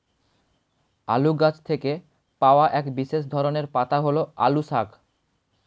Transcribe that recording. আলু গাছ থেকে পাওয়া এক বিশেষ ধরনের পাতা হল আলু শাক